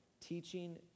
teaching